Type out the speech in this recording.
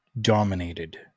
dominated